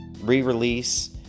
re-release